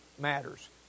matters